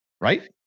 right